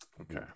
Okay